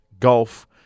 Golf